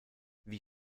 wie